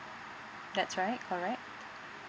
that's right correct